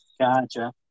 Gotcha